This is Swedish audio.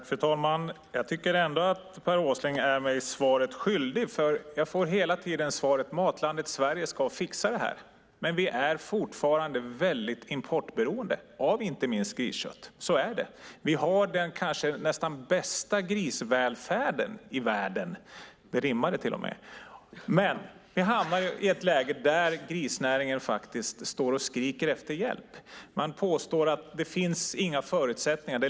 Fru talman! Jag tycker ändå att Per Åsling är mig svaret skyldig. Jag får hela tiden svaret att Matlandet Sverige ska fixa detta. Men vi är fortfarande väldigt importberoende av inte minst griskött. Så är det. Vi har den kanske bästa grisvälfärden i världen - det rimmade till och med! Men vi hamnar i ett läge där grisnäringen står och skriker efter hjälp. Man påstår att det inte finns några förutsättningar.